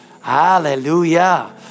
Hallelujah